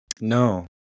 No